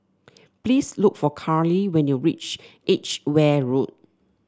please look for Carly when you reach Edgeware Road